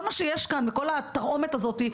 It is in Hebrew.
כל מה שיש כאן וכל התרעומת הזאת היא,